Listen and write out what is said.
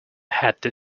had